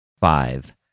five